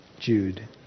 Jude